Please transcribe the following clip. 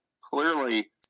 clearly